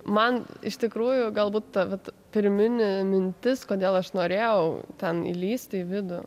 man iš tikrųjų galbūt ta vat pirminė mintis kodėl aš norėjau ten lįsti į vidų